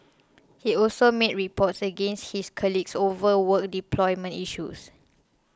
he also made reports against his colleagues over work deployment issues